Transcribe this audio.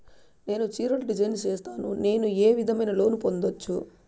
నేను చీరలు డిజైన్ సేస్తాను, నేను ఏ విధమైన లోను పొందొచ్చు